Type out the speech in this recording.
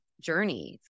journey